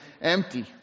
empty